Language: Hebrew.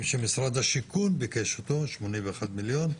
שמשרד השיכון ביקש אותו 81 מיליון.